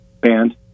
band